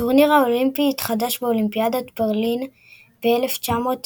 הטורניר האולימפי התחדש באולימפיאדת ברלין ב-1936,